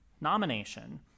nomination